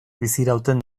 bizirauten